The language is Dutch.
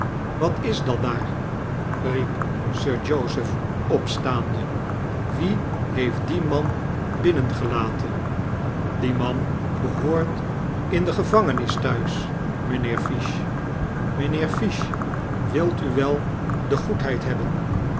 wat is dat daar riep sir joseph opstaande wie heeft dien man binnengelaten die man behoort in de gevangenis thuis mijnheer fisch mijnheer fish wilt u wel de goedheid hebben